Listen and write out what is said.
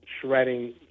shredding